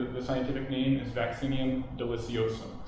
the scientific name is vaccinium deliciosum.